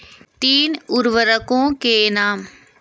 तीन उर्वरकों के नाम?